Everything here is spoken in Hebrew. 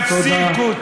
תפסיקו,